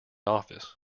office